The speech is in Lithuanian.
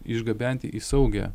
išgabenti į saugią